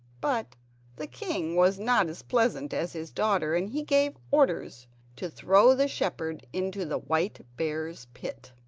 but the king was not as pleasant as his daughter, and he gave orders to throw the shepherd into the white bear's pit.